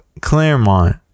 Claremont